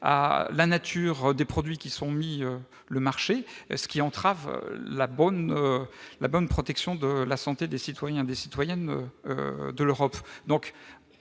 à la nature des produits mis sur le marché, ce qui entrave la bonne protection de la santé des citoyens et des citoyennes d'Europe.